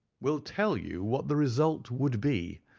will tell you what the result would be.